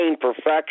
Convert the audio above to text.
perfection